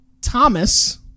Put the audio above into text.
Thomas